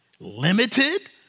limited